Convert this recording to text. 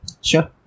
Sure